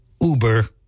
Uber